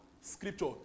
Scripture